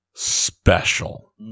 special